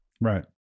Right